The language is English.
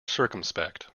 circumspect